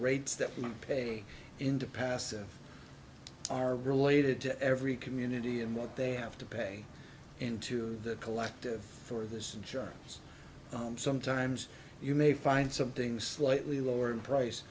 rates that not pay into passive are related to every community and what they have to pay into the collective for this insurance sometimes you may find something slightly lower in price